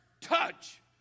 touch